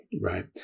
Right